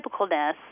typicalness